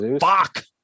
Fuck